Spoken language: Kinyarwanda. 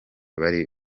bari